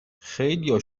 خیلیا